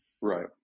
right